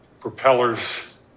propellers